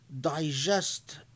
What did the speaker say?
digest